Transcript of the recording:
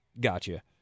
Gotcha